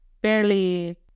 barely